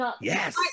Yes